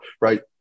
right